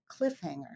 cliffhanger